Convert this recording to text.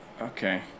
Okay